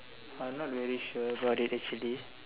I'm not very sure about it actually